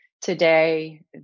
today